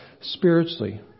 spiritually